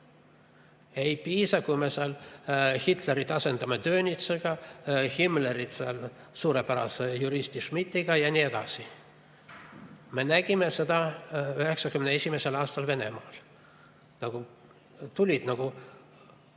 Ei piisa, kui me Hitleri asendame Dönitziga, Himmleri suurepärase juristi Schmittiga ja nii edasi. Me nägime seda 1991. aastal Venemaal. Tulid nagu